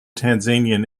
tanzanian